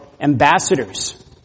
ambassadors